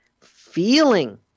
feeling